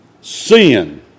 sin